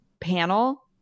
panel